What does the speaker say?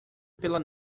pela